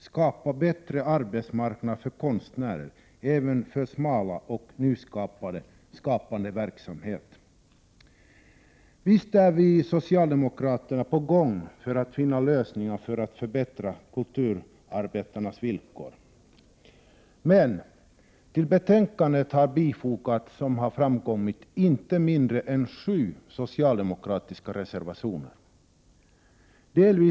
Skapa bättre arbetsmarknad för konstnärer, även för smala och nyskapande verksamheter. Visst är vi socialdemokrater på gång med att finna lösningar för att förbättra kulturarbetarnas villkor. Men till betänkandet har fogats inte mindre än 7 socialdemokratiska reservationer.